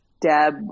Deb